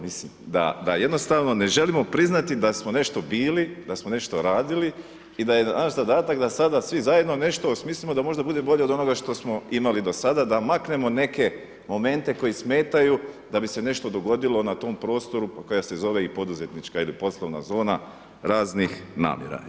Mislim da jednostavno ne želimo priznati da smo nešto bili, da smo nešto radili i da je naš zadatak da sada svi zajedno nešto osmislimo da možda bude bolje od onoga što smo imali do sada, da maknemo neke momente koji smetaju da bise nešto dogodilo na tom prostoru koji se zove i poduzetnička ili poslovna zona raznih namjera.